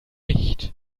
nicht